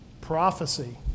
prophecy